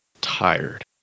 tired